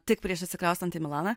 tik prieš atsikraustant į milaną